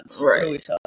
right